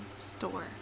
store